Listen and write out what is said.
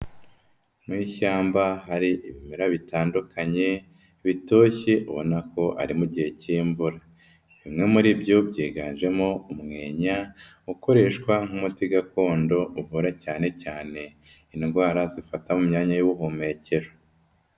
Mu ishyamba hari ibimera bitandukanye, bitoshye ubona ko ari mu gihe k'imvura. Bimwe muri byo byiganjemo umweya, ukoreshwa nk'umuti gakondo uvura cyane cyane indwara zifata mu myanya y'ubuhumekero.